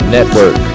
Network